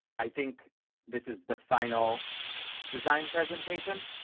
i think this is the final design presentation.